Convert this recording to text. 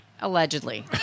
Allegedly